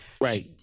Right